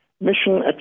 mission